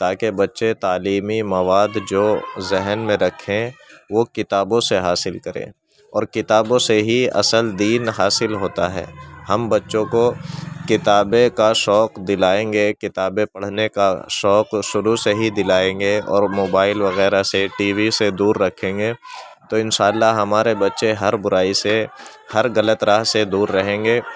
تاکہ بچے تعلیمی مواد جو ذہن میں رکھیں وہ کتابوں سے حاصل کریں اور کتابوں سے ہی اصل دین حاصل ہوتا ہے ہم بچوں کو کتابیں کا شوق دلائیں گے کتابیں پڑھنے کا شوق شروع سے ہی دلائیں گے اور موبائل وغیرہ سے ٹی وی سے دور رکھیں گے تو ان شاء اللہ ہمارے بچے ہر برائی سے ہر غلط راہ سے دور رہیں گے